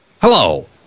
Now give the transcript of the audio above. Hello